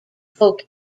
folk